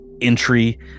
entry